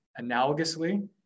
analogously